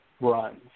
runs